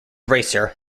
racer